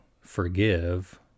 forgive